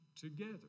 together